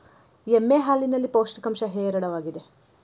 ಎಮ್ಮೆ ಹಾಲಿನಲ್ಲಿ ಪೌಷ್ಟಿಕಾಂಶ ಹೇರಳವಾಗಿದೆ